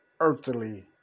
earthly